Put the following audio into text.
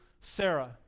Sarah